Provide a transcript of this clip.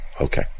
Okay